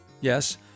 Yes